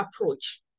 approach